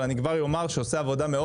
ואני כבר אומר שהוא עושה עבודה מאוד